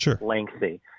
lengthy